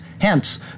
Hence